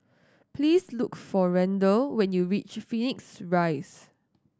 please look for Randel when you reach Phoenix Rise